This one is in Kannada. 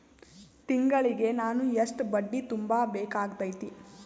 ತಿಂಗಳಿಗೆ ನಾನು ಎಷ್ಟ ಬಡ್ಡಿ ತುಂಬಾ ಬೇಕಾಗತೈತಿ?